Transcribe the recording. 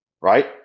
right